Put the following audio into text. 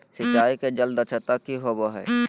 सिंचाई के जल दक्षता कि होवय हैय?